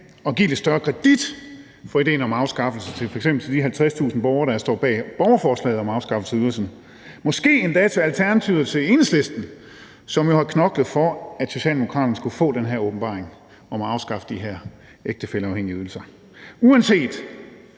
givet lidt større kredit for idéen om afskaffelsen – f.eks. til de 50.000 borgere, der står bag borgerforslaget om afskaffelse af ydelserne, og måske endda til Alternativet og Enhedslisten, som jo har knoklet for, at Socialdemokraterne skulle få den her åbenbaring om at afskaffe de her ægtefælleafhængige ydelser. Uanset